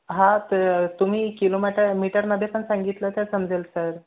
हां तर तुम्ही किलोम्याटर मीटरमध्ये पण सांगितलं तर समजेल सर